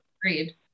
Agreed